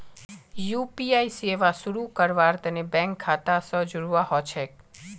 UPI सेवा शुरू करवार तने बैंक खाता स जोड़वा ह छेक